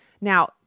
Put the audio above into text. Now